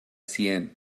sien